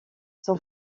son